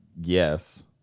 yes